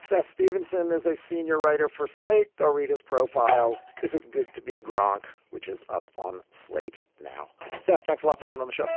seth stevenson is a senior writer for slate. go read his profile. is it good to be gronk, which is up on slate now? seth, thanks a lot for coming on the show.